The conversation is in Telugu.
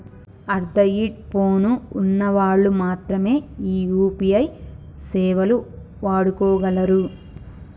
అన్ద్రాయిడ్ పోను ఉన్న వాళ్ళు మాత్రమె ఈ యూ.పీ.ఐ సేవలు వాడుకోగలరు